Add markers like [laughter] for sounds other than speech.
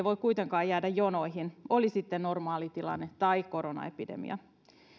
[unintelligible] voi kuitenkaan jäädä jonoihin oli sitten normaali tilanne tai koronaepidemia